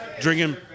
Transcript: drinking